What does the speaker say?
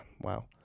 wow